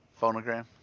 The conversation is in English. Phonogram